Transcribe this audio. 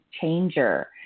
changer